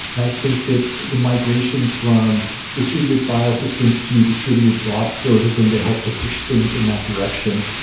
and i think that the migration from distributed file systems to distributed blob stores is going to help to push things in that direction.